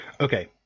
Okay